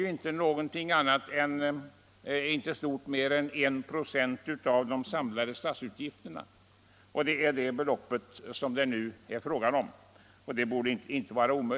För vad är det? Jo, det är inte stort mer än 1 96 av de samlade statsutgifterna. Det är det beloppet som det nu är fråga om.